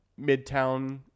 Midtown